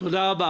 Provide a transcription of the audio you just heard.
תודה רבה.